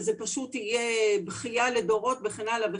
וזה פשוט יהיה בכיה לדורות וכן הלאה.